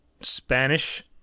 Spanish